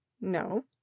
no